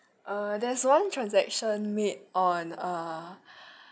uh there's one transaction made on uh